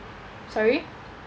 sorry